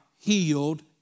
healed